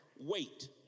wait